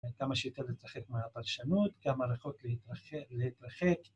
כמה שיותר להתרחק מהפרשנות, כמה רחוק להתרחק